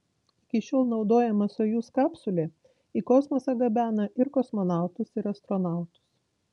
iki šiol naudojama sojuz kapsulė į kosmosą gabena ir kosmonautus ir astronautus